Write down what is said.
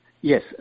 Yes